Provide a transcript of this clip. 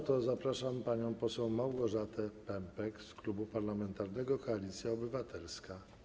Wobec tego zapraszam panią poseł Małgorzatę Pępek z Klubu Parlamentarnego Koalicja Obywatelska.